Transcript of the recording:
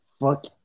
Fuck